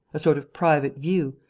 a sort of private view,